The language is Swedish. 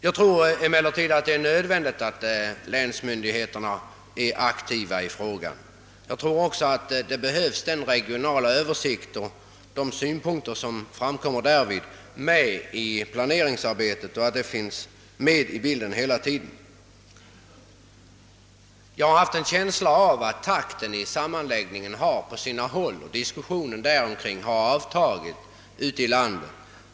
Jag tror emellertid ändå att det är nödvändigt att länsmyndigheterna är aktiva i denna fråga och att den regionala översikten och de synpunkter som framkommer därvid hela tiden behöver vara med i det fortsatta planeringsarbetet. Jag har dock en känsla av att takten i sammanslagningen och diskussionerna härom har avtagit på sina håll ute i landet.